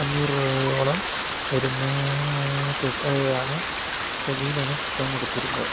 അഞ്ഞൂറ് രൂപയോളം വരുന്ന തുകയാണ് തുകയിലാണ് പുസ്തകം കൊടുത്തിരുന്നത്